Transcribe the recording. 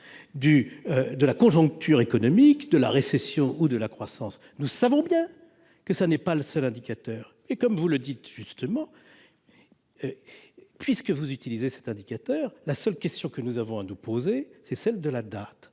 de la conjoncture économique, récession ou croissance. Nous savons bien que ce n'est pas le seul indicateur. Comme vous le dites justement, puisque vous utilisez également cet indicateur, la seule question que nous devons nous poser est celle de la date.